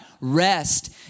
Rest